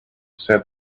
said